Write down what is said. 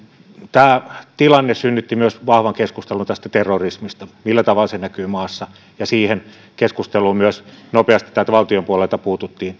tämä tilanne synnytti myös vahvan keskustelun terrorismista ja siitä millä tavalla se näkyy maassa ja siihen keskusteluun myös nopeasti täältä valtion puolelta puututtiin